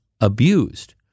abused